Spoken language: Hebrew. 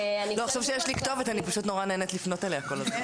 עכשיו כשיש לי כתובת אני נהנית מאוד לפנות אליה כל הזמן.